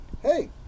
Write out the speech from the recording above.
hey